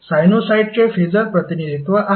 तर हे साइनुसॉईडचे फेसर प्रतिनिधित्व आहे